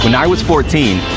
and i was fourteen,